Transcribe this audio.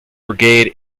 brigade